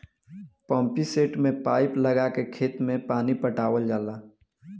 pumpset में pipe लगा के खेत में पानी पटावल जाला